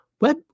web